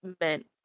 meant